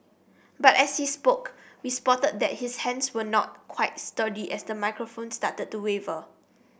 but as he spoke we spotted that his hands were not quite sturdy as the microphone started to waver